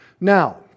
Now